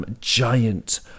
giant